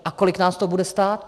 A kolik nás to bude stát?